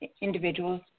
individuals